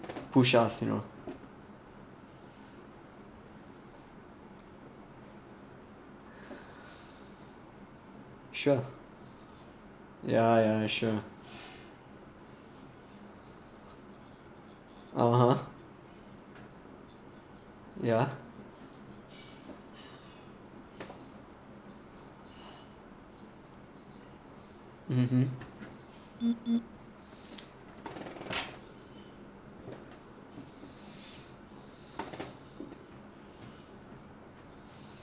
push us you know sure ya ya sure (uh huh) ya (uh huh)